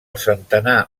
centenar